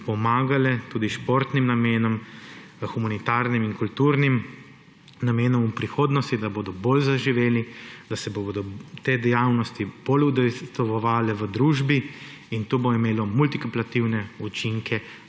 tudi športnim namenom, humanitarnim in kulturnim namenom v prihodnosti, da bodo bolj zaživeli, da se bodo te dejavnosti bolj udejstvovale v družbi, in to bo imelo multiplikativne učinke